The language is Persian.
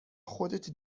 خودت